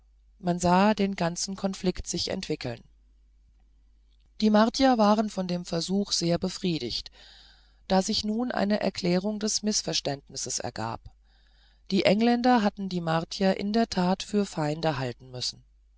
man sah den ganzen konflikt sich entwickeln die martier waren von dem versuch sehr befriedigt da sich nun eine erklärung des mißverständnisses ergab die engländer hatten die martier in der tat für feinde halten müssen